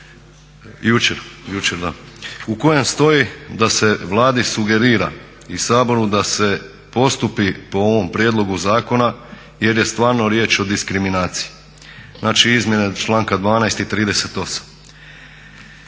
danas, jučer, u kojem stoji da se Vladi sugerira i Saboru da se postupi po ovom prijedlogu zakona jer je stvarno riječ o diskriminaciji. Znači izmjene članka 12.i 38.